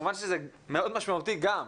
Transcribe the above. כמובן שזה מאוד משמעותי גם,